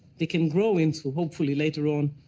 they can grow into, hopefully later on,